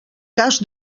cas